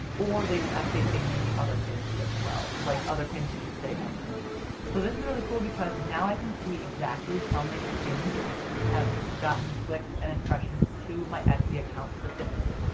or they i think they may be other pins as well. like other pins that you've saved on pinterest. so this is really cool because now i can see exactly how many pins have gotten clicks and impressions to my etsy account specifically.